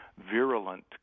virulent